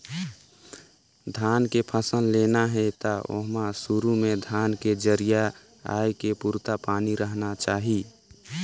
धान के फसल लेना हे त ओमहा सुरू में धान के जरिया आए के पुरता पानी रहना चाही